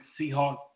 Seahawk